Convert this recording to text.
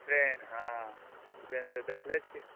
train हँ train तऽ देखने छियै